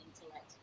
intellect